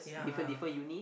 yeah